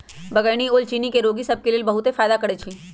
बइगनी ओल चिन्नी के रोगि सभ के लेल बहुते फायदा करै छइ